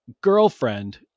girlfriend